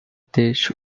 дээш